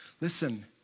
Listen